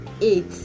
eight